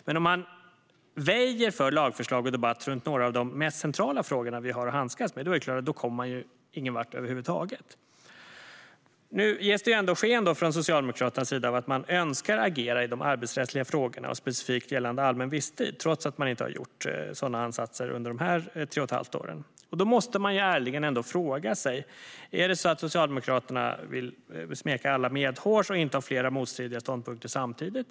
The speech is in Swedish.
Men om man väjer för lagförslag och debatt runt några av de mest centrala frågorna vi har att handskas med är det klart att man inte kommer någon vart över huvud taget. Ändå ger Socialdemokraterna sken av att man önskar agera i de arbetsrättsliga frågorna och specifikt gällande allmän visstid, trots att man inte har gjort sådana ansatser under de här tre och ett halvt åren. Då måste vi ärligen fråga oss: Är det på det sättet att Socialdemokraterna vill smeka alla medhårs och inta flera motstridiga ståndpunkter samtidigt?